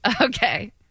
Okay